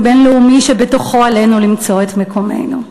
בין-לאומי שבתוכו עלינו למצוא את מקומנו.